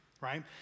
right